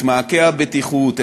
את מעקי הבטיחות,